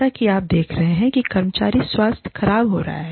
जैसा कि आप देख रहे हैं कि कर्मचारी स्वास्थ्य खराब हो रहा है